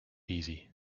easy